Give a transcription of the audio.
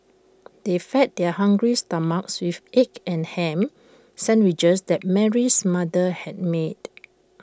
they fed their hungry stomachs with the egg and Ham Sandwiches that Mary's mother had made